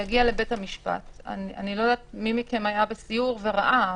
שיגיע לבית המשפט אני לא יודעת מי מכם היה בסיור וראה,